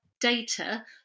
data